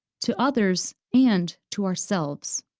to others, and to ourselves.